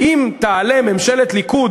אם תעלה ממשלת ליכוד,